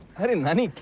hey naani.